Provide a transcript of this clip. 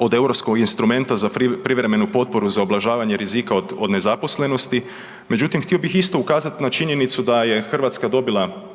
od Europskog instrumenta za privremenu potporu za ublažavanje rizika o nezaposlenosti međutim htio bih isto ukazati ma činjenicu da je Hrvatska dobila